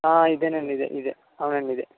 ఇదే అండి ఇదే ఇదే అవునండి ఇదే